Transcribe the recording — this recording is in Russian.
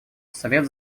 совет